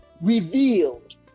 revealed